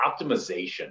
optimization